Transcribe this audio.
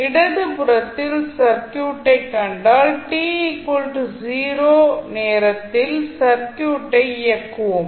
இடதுபுறத்தில் சர்க்யூட்டைக் கண்டால் t0 நேரத்தில் சர்க்யூட்டை இயக்குவோம்